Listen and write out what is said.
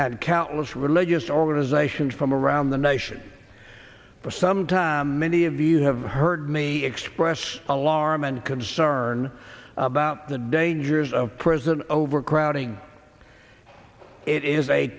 and countless religious organizations from around the nation for some time many of you have heard me express alarm and concern about the dangers of prison overcrowding it is a